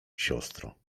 siostro